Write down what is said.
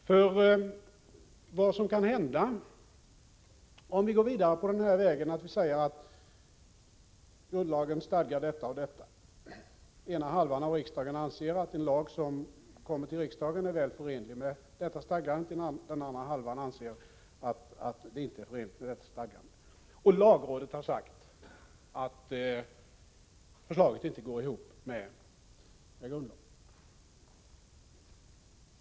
Antag att vi går vidare på denna väg och säger att grundlagen stadgar detta och detta — ena halvan av riksdagen anser att en lag som kommit till i riksdagen är förenlig med detta stadgande, den andra halvan anser att den inte är förenlig med detta stadgande — och lagrådet har sagt att förslaget inte går ihop med grundlagen.